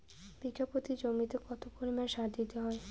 প্রতি বিঘা জমিতে কত পরিমাণ সার দিতে হয়?